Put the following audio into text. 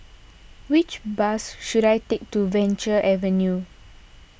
which bus should I take to Venture Avenue